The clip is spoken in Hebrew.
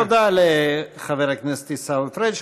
תודה לחבר הכנסת עיסאווי פריג'.